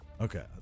Okay